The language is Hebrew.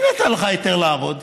מי נתן לך היתר לעבוד?